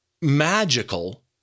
magical